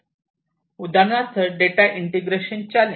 उदाहरणार्थ data integration challenge